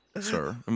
sir